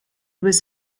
was